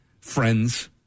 friends